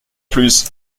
plus